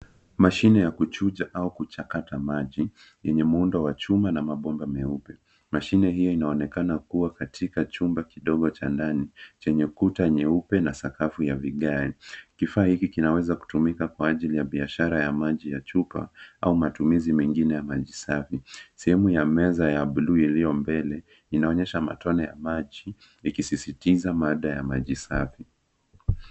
Mashine ya kuchuja au kuchakata maji, yenye muundo wa chuma na mabomba meupe. Mashine hiyo inaonekana kuwa katika chumba kidogo chandani, chenye kuta nyeupe na sakafu ya vigae. Kifaa hiki kinaweza kutumika kwa ajili ya biyashara ya maji ya chupa au matumizi mingine ya majisafi. Sehemu ya meza ya blue iliyo mbele, inaonyesha matone ya maji, ikisisitiza mada ya majisafi.